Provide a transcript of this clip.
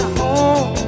home